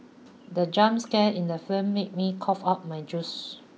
the jump scare in the film made me cough out my juice